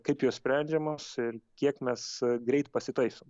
kaip jos sprendžiamos ir kiek mes greit pasitaisom